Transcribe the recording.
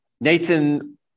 Nathan